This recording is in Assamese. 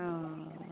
অঁ